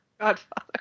Godfather